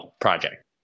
project